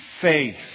faith